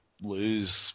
lose